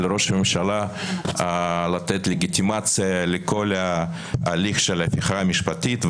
ראש הממשלה לתת לגיטימציה לכל ההליך של ההפיכה המשפטית.